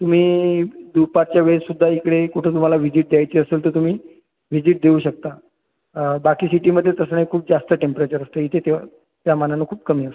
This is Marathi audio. तुम्ही दुपारच्या वेळेस सुद्धा इकडे कुठं तुम्हाला व्हिजिट द्यायची असेल तर तुम्ही व्हिजिट देऊ शकता बाकी सिटीमध्ये तसं नाही खूप जास्त टेंपरेचर असतं इथे तेव्हा त्यामानानं खूप कमी असतं